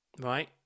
right